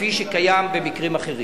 כפי שקיים במקרים אחרים.